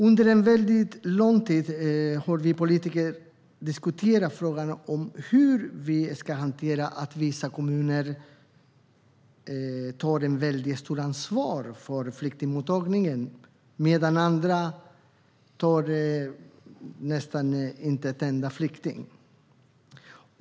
Under lång tid har vi politiker diskuterat hur vi ska hantera att vissa kommuner tar ett väldigt stort ansvar för flyktingmottagningen medan andra knappt tar emot någon enda flykting.